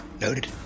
Noted